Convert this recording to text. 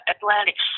Atlantic